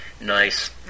Nice